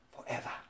forever